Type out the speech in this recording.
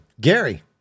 Gary